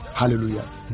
Hallelujah